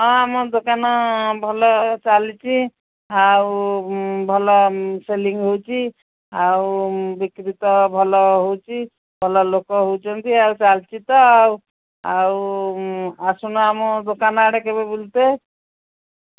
ହଁ ମୋ ଦୋକାନ ଭଲ ଚାଲିଛି ଆଉ ଭଲ ସେଲିଙ୍ଗ ହେଉଛି ଆଉ ବିକ୍ରି ତ ଭଲ ହେଉଛି ଭଲ ଲୋକ ହେଉଛନ୍ତି ଆଉ ଚାଲଛି ତ ଆଉ ଆଉ ଆସୁନୁ ଆମ ଦୋକାନ ଆଡ଼େ କେବେ ବୁଲିତେ